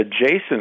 adjacent